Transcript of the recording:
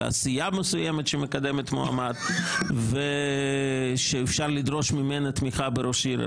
לסיעה מסוימת שמקדמת מועמד ושאפשר לדרוש ממנה תמיכה בראש עיר.